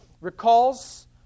recalls